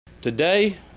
Today